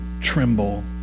tremble